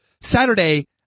saturday